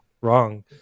wrong